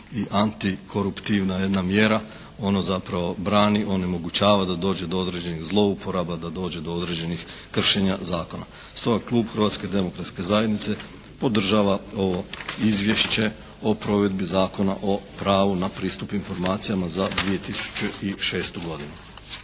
i antikoruptivna jedna mjera. Ona zapravo brani, onemogućava da dođe do određenih zlouporaba, da dođe do određenih kršenja zakona. Stoga klub Hrvatske demokratske zajednice podržava ovo izvješće o provedbi Zakona o pravu na pristup informacijama za 2006. godinu.